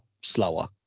slower